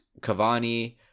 Cavani